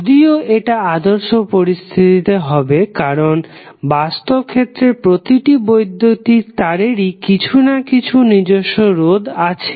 যদিও এটা আদর্শ পরিস্থিতিতে হবে কারণ বাস্তব ক্ষেত্রে প্রতিটি বৈদ্যুতিক তারেরই কিছু না কিছু নিজস্ব রোধ আছে